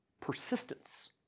persistence